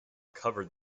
covered